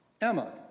Emma